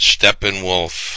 Steppenwolf